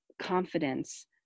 confidence